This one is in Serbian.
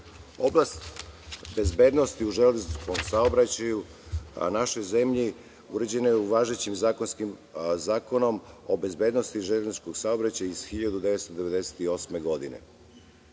nivou. Oblast bezbednosti u železničkom saobraćaju u našoj zemlji uređeno je u važećim Zakonom o bezbednosti železničkog saobraćaja iz 1998. godine.